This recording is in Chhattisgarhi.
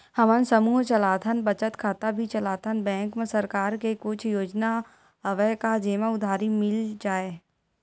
हमन समूह चलाथन बचत खाता भी चलाथन बैंक मा सरकार के कुछ योजना हवय का जेमा उधारी मिल जाय?